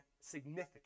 significant